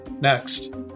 next